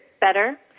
better